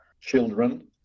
children